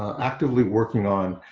actively working on.